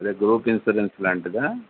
అదే group insurance లాంటిదా